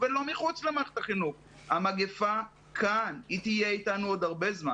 ויש את החינוך הרשמי הלא מוכר.